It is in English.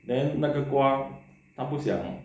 then 那个瓜他不想